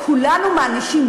את כולנו מענישים.